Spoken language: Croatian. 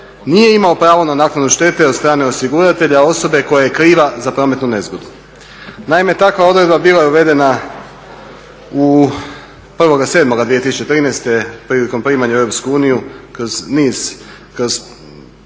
nije imao pravo na naknadu štete od strane osiguratelja osobe koja je kriva za prometnu nezgodu. Naime, takva odredba bila je uvedena 1.7.2013. prilikom primanja u Europsku uniju kroz